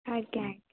ଆଜ୍ଞା ଆଜ୍ଞା